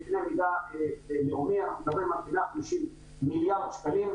בקנה מידה לאומי אנחנו מדברים על 150 מיליארד שקלים.